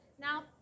Now